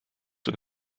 were